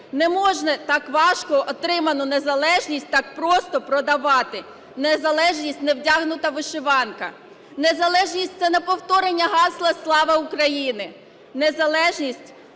Не можна так важко отриману незалежність так просто продавати. Незалежність – не вдягнутись у вишиванки, незалежність – це не повторення гасла "Слава Україні". Незалежність –